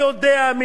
מ-nowhere,